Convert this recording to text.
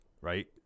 right